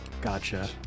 gotcha